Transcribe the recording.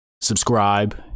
subscribe